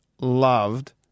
loved